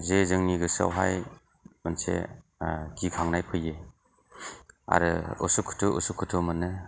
जे जोंनि गोसोआवहाय मोनसे गिखांनाय फैयो आरो उसुखुथु उसुखुथु मोनो